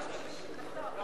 מי